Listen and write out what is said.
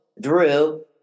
Drew